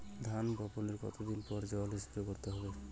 ধান বপনের কতদিন পরে জল স্প্রে করতে হবে?